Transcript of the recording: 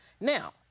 Now